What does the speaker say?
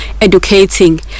educating